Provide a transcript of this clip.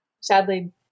sadly